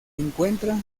encuentra